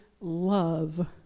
love